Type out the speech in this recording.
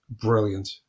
brilliant